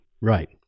Right